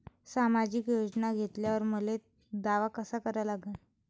सामाजिक योजना घेतल्यावर मले दावा कसा करा लागन?